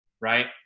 right